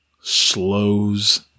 slows